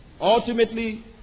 Ultimately